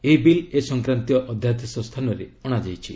ଏହି ବିଲ୍ ଏ ସଂକ୍ରାନ୍ତୀୟ ଅଧ୍ୟାଦେଶ ସ୍ଥାନରେ ଅଣାଯାଇଛି